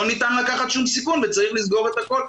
ניתן לקחת שום סיכון וצריך לסגור את הכול.